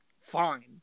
fine